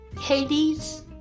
Hades